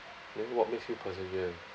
then what makes you perservere